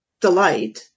delight